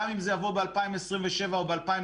גם אם זה יבוא ב-20207 או 2028,